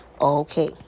Okay